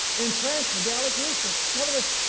in france, the gallic rooster. in other words,